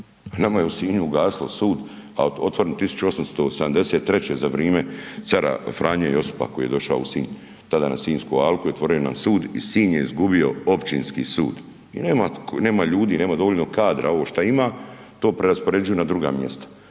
nama je Sinju ugasilo sud, a otvoren 1873. za vrijeme cara Franje Josipa koji je došao u Sinj, tada na Sinjsku alku i otvorio nam sud i Sinj je izgubio općinski sud. I nema, nema ljudi, nema dovoljno kadra, ovo što ima, to preraspoređuje na druga mjesta